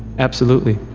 absolutely